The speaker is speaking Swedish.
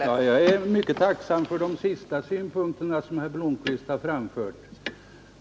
Fru talman! Jag är mycket tacksam för de senaste synpunkterna som herr Blomkvist här framfört.